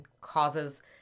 causes